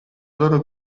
loro